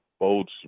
bodes